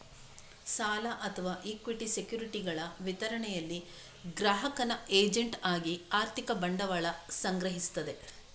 ಸಾಲ ಅಥವಾ ಇಕ್ವಿಟಿ ಸೆಕ್ಯುರಿಟಿಗಳ ವಿತರಣೆಯಲ್ಲಿ ಗ್ರಾಹಕನ ಏಜೆಂಟ್ ಆಗಿ ಆರ್ಥಿಕ ಬಂಡವಾಳ ಸಂಗ್ರಹಿಸ್ತದೆ